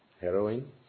Heroin